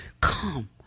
come